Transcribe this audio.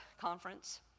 conference